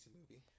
movie